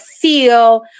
feel